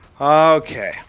Okay